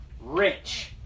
rich